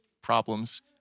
problems